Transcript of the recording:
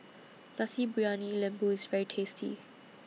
Nasi Briyani Lembu IS very tasty